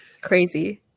crazy